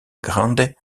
grande